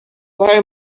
play